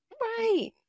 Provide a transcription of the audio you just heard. Right